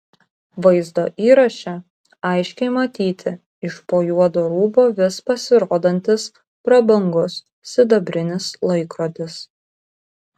vaizdo įraše aiškiai matyti iš po juodo rūbo vis pasirodantis prabangus sidabrinis laikrodis